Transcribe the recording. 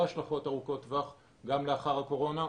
השלכות ארוכות טווח גם לאחר הקורונה,